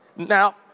Now